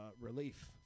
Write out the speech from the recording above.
relief